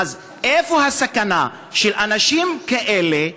איפה הסכנה באנשים כאלה,